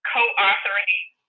co-authoring